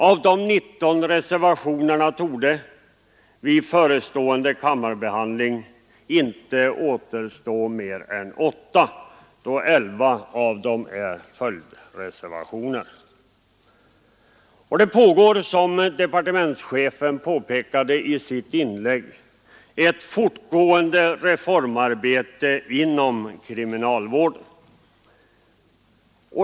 Av de 19 reservationerna torde vid förestående kammarbehandling inte återstå mer än 8, medan 11 av dem är följdreservationer. Det pågår, som departementschefen påpekade i sitt inlägg, ett fortgående reformarbete inom kriminalvården.